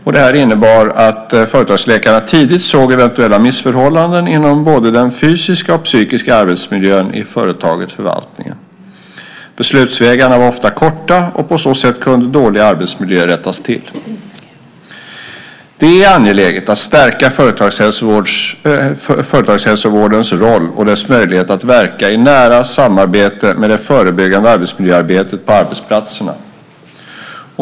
Detta innebar att företagsläkarna tidigt såg eventuella missförhållanden inom både den fysiska och psykiska arbetsmiljön i företaget eller förvaltningen. Beslutsvägarna var ofta korta och på så sätt kunde dålig arbetsmiljö rättas till. Det är angeläget att stärka företagshälsovårdens roll och dess möjlighet att verka i nära samarbete med det förebyggande arbetsmiljöarbetet på arbetsplatserna.